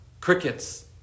crickets